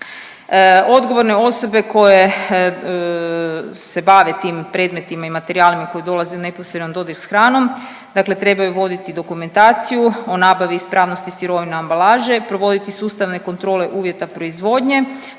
Odgovorne osobe koje se bave tim predmetima i materijalima koje dolaze u neposredan dodir s hranom dakle trebaju voditi dokumentaciju o nabavi ispravnosti sirovina ambalaže, provoditi sustavne kontrole uvjeta proizvodnje,